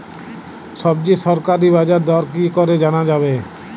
সবজির সরকারি বাজার দর কি করে জানা যাবে?